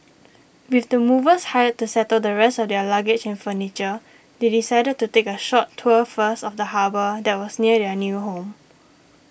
with the movers hired to settle the rest of their luggage and furniture they decided to take a short tour first of the harbour that was near their new home